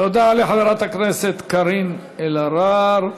תודה לחברת הכנסת קארין אלהרר.